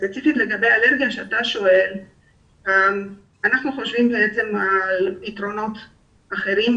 שאלת ספציפית לגבי אלרגיה - אנחנו חושבים על פתרונות אחרים.